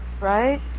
right